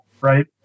Right